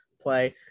play